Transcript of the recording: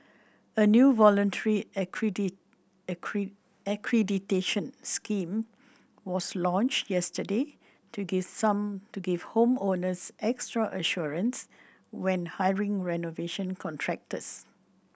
a new voluntary accreditation scheme was launched yesterday to give some to give home owners extra assurance when hiring renovation contractors